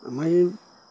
আমাৰ